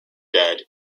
dead